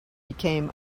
became